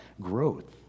growth